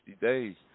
days